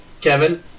Kevin